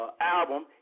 album